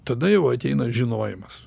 tada jau ateina žinojimas